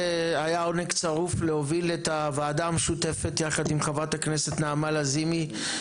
היה עונג צרוף להוביל את הוועדה המשותפת ביחד עם חברת הכנסת נעמה לזימי.